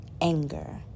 anger